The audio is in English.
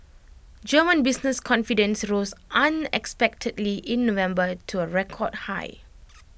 German business confidence rose unexpectedly in November to A record high